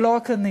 ולא רק אני.